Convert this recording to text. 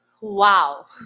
Wow